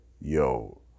Yo